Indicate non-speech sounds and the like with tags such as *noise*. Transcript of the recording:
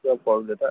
*unintelligible* देता